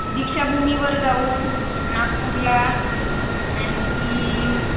दीक्षाभूमीवर जाऊ नागपूरला आणखी